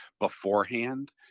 beforehand